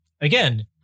again